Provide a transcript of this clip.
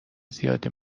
زیادی